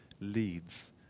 leads